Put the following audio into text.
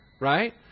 right